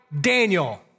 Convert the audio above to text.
Daniel